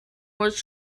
was